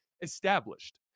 established